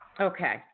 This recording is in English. Okay